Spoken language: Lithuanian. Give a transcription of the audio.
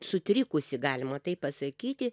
sutrikusi galima taip pasakyti